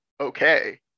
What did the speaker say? okay